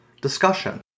discussion